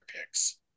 picks